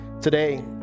Today